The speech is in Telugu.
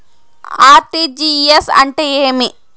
ఆర్.టి.జి.ఎస్ అంటే ఏమి?